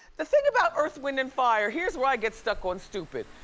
the thing about earth, wind and fire, here's where i get stuck on stupid,